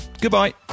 Goodbye